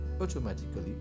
automatically